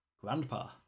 Grandpa